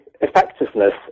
effectiveness